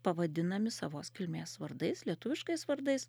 pavadinami savos kilmės vardais lietuviškais vardais